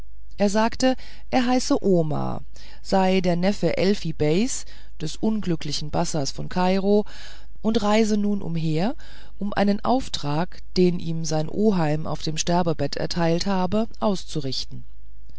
er sagte er heiße omar sei der neffe elfi beis des unglücklichen bassas von kairo und reise nun umher um einen auftrag den ihm sein oheim auf dem sterbebette erteilt habe auszurichten